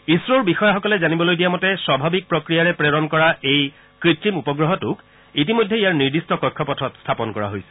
ইছৰোৰ বিষয়াসকলে জানিবলৈ দিয়া মতে স্বাভাৱিক প্ৰক্ৰিয়াৰে প্ৰেৰণ কৰা এই কৃত্ৰিম উপগ্ৰহটোক ইতিমধ্যে ইয়াৰ নিৰ্দিষ্ট কক্ষপথত স্থাপন কৰা হৈছে